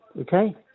okay